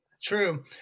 true